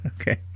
okay